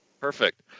Perfect